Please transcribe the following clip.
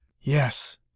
Yes